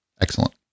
Excellent